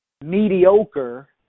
mediocre